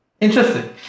interesting